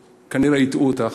שכנראה הטעו אותך.